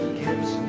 gives